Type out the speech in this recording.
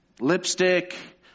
lipstick